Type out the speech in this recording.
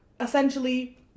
essentially